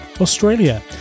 Australia